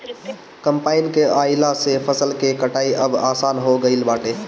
combine के आइला से फसल के कटाई अब आसान हो गईल बाटे